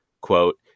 quote